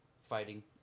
fighting